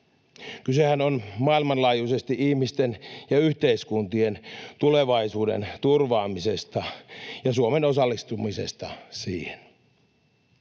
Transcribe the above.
Kysehän on maailmanlaajuisesti ihmisten ja yhteiskuntien tulevaisuuden turvaamisesta ja Suomen osallistumisesta siihen.